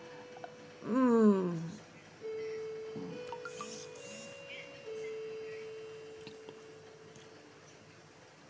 mm